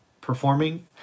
performing